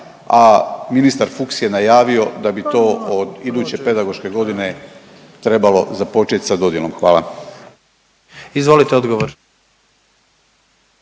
a ministar Fuchs je najavio da bi to od iduće pedagoške godine trebalo započet sa dodjelom, hvala. **Jandroković,